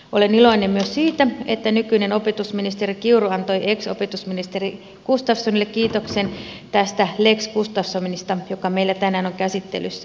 olen iloinen myös siitä että nykyinen opetusministeri kiuru antoi ex opetusministeri gustafssonille kiitoksen tästä lex gustafssonista joka meillä tänään on käsittelyssä